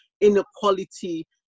inequality